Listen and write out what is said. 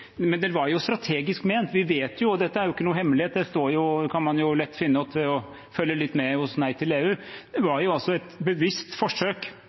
Men det var jo strategisk ment. Vi vet – og dette er ikke noen hemmelighet, det kan man jo lett finne ut ved å følge litt med på Nei til EU – at det var et bevisst forsøk